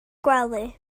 gwely